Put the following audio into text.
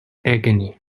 agony